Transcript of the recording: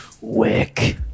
wick